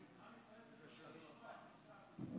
אני אמשיך את הקו הזה.